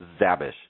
Zabish